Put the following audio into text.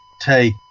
take